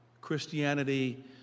Christianity